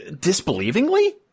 disbelievingly